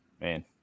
man